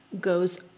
goes